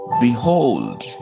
behold